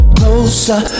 closer